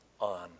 on